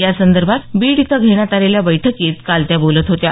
यासंदर्भात बीड इथं घेण्यात आलेल्या बैठकीत काल त्या बोलत होत्या